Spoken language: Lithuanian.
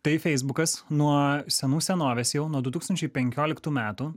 tai feisbukas nuo senų senovės jau nuo du tūkstančiai penkioliktų metų